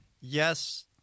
yes